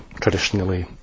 traditionally